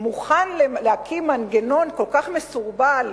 מוכן להקים מנגנון כל כך מסורבל,